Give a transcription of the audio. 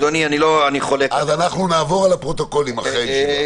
אנחנו נעבור על הפרוטוקולים אחרי זה.